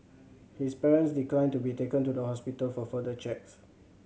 his parents declined to be taken to the hospital for further checks